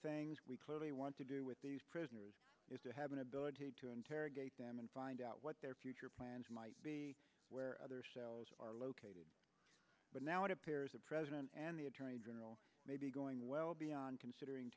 things we clearly want to do with these prisoners is to have an ability to interrogate them and find out what their future plans might be where other cells are located but now it appears the president and the attorney general may be going well beyond considering